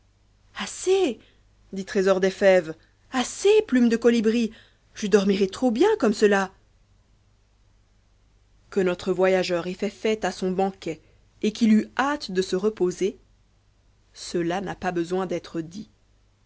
assez dit trésor des fèves assez plume de colibri je dormirai trop bien comme cela que notre voyageur ait fait fête à son banquet et qu'il eut hâte de se reposer cela n'a pas besoin d'être dit